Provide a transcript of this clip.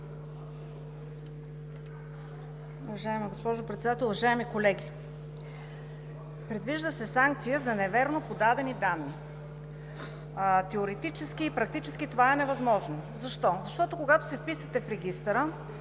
Уважаема госпожо Председател, уважаеми колеги! Предвижда се санкция за невярно подадени данни. Теоретически и практически това е невъзможно. Защо? Защото когато се вписвате в регистъра,